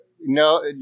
no